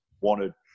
wanted